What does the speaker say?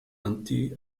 anti